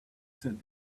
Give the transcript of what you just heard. said